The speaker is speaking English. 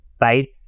right